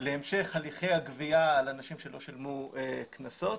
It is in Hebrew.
להמשך הליכי הגבייה על אנשים שלא שילמו קנסות.